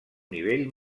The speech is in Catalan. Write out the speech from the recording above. nivell